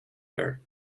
her